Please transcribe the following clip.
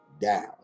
down